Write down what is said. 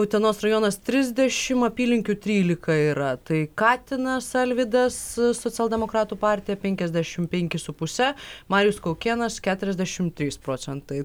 utenos rajonas trisdešimt apylinkių trylika yra tai katinas alvydas socialdemokratų partija penkiasdešimt penki su puse marijus kaukėnas keturiasdešimt trys procentai